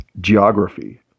geography